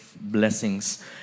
blessings